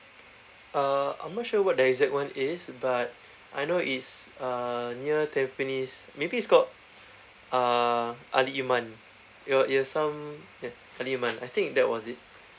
uh I'm not sure what the exact one is but I know it's uh near tampines maybe it's called uh ali iman it'll it'll sound ya ali iman I think that was it